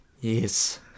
Yes